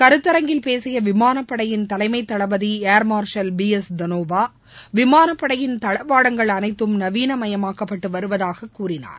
கருத்தரங்கில் பேசிய விமானப்படையின் தலைமை தளபதி ஏர்மார்ஷல் எஸ் தனோவா விமானப்படையின் தளவாடங்கள் அனைத்தும் பி நவீனமயமாக்கப்பட்டு வருவதாகக் கூறினார்